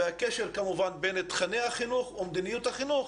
והקשר כמובן בין תכני החינוך ומדיניות החינוך